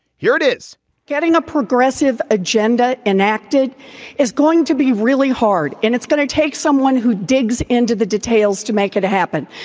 here it is getting a progressive agenda enacted is going to be really hard and it's going to take someone who digs into the details to make it happen.